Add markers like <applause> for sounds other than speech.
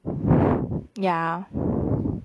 <breath> ya <breath>